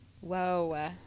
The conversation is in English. Whoa